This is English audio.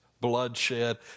bloodshed